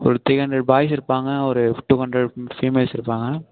ஒரு three hundred boys இருப்பாங்க ஒரு டூ ஹண்ட்ரட் ஃபீமேல்ஸ் இருப்பாங்க